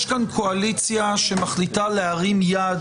יש כאן קואליציה שמחליטה להרים יד